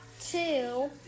two